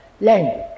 language